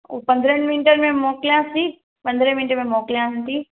हू पंदरहंनि मिन्टनि में मोकिलियांसि थी पंदरहें मिन्टे में मोकलियांनि थी